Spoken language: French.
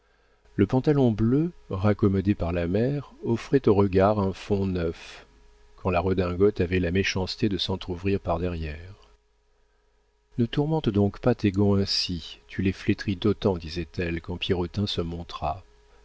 le pantalon bleu raccommodé par la mère offrait aux regards un fond neuf quand la redingote avait la méchanceté de s'entr'ouvrir par derrière ne tourmente donc pas tes gants ainsi tu les flétris d'autant disait-elle quand pierrotin se montra